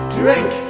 drink